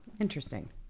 Interesting